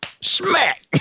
smack